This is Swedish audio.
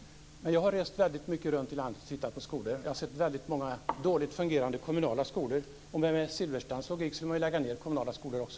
Men jag har rest mycket runt i landet och tittat på skolor. Jag har sett många dåligt fungerande kommunala skolor. Med Bengt Silfverstrands logik skulle man alltså lägga ned kommunala skolor också.